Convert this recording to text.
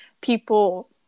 people